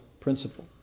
principle